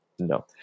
no